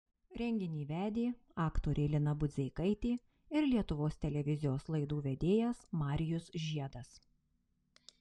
renginį vedė aktorė lina budzeikaitė ir lietuvos televizijos laidų vedėjas marijus žiedas